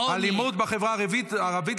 עוני --- אלימות בחברה הערבית,